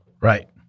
Right